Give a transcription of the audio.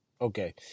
Okay